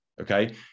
Okay